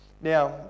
Now